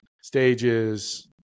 stages